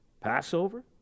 Passover